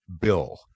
Bill